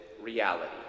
reality